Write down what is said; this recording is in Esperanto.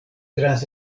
trans